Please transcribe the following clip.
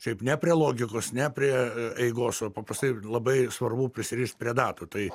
šiaip ne prie logikos ne prie eigos o paprastai labai svarbu prisirišt prie datų tai